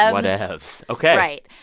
ah whatevs? ok right.